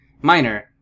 Minor